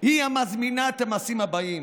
הוא המזמין את המעשים הבאים,